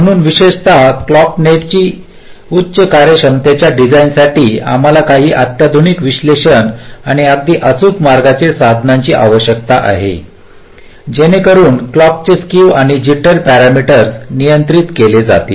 म्हणून विशेषत क्लॉक नेटसाठी उच्च कार्यक्षमतेच्या डिझाइनसाठी आम्हाला काही अत्याधुनिक विश्लेषण आणि अगदी अचूक मार्गांच्या साधनांची आवश्यकता आहे जेणेकरून क्लॉकचे स्केव आणि जिटर पॅरामीटर्स नियंत्रित केले जातील